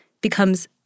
becomes